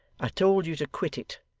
i told you to quit it,